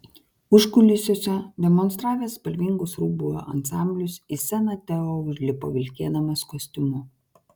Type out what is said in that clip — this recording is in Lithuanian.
užkulisiuose demonstravęs spalvingus rūbų ansamblius į sceną teo užlipo vilkėdamas kostiumu